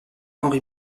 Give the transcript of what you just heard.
henri